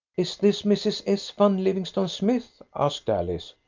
is this mrs. s. van livingston smythe? asked alice.